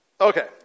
Okay